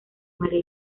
maría